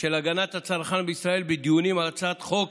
של הגנת הצרכן בישראל, בדיונים על הצעת חוק